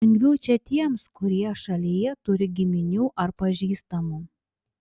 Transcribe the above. lengviau čia tiems kurie šalyje turi giminių ar pažįstamų